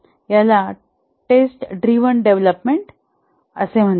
याला test driven development असे म्हणतात